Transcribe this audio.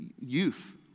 youth